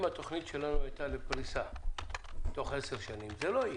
אם התוכנית שלנו הייתה לפריסה בתוך עשר שנים זה לא יהיה.